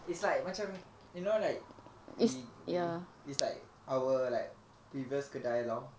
it's like macam you know like we we it's like our like previous kedai lor